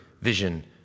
vision